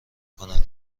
کند